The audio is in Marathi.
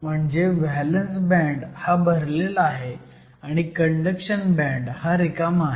म्हणजे व्हॅलंस बँड हा भरलेला आहे आणि कंडक्शन बँड हा रिकामा आहे